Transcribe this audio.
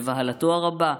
בבהלתו הרבה,